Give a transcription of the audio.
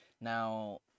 Now